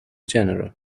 general